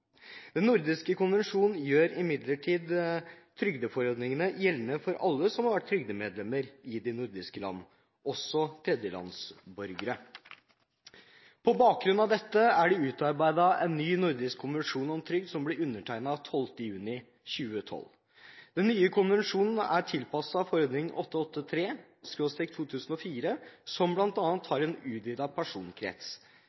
Den nordiske konvensjonen gjør imidlertid trygdeforordningene gjeldende for alle som har vært trygdemedlemmer i de nordiske land, også tredjelandsborgere. På bakgrunn av dette er det utarbeidet en ny nordisk konvensjon om trygd som ble undertegnet 12. juni 2012. Den nye konvensjonen er tilpasset forordning 883/2004 som